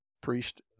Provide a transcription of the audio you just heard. priest